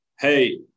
Hey